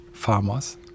Farmers